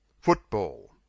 football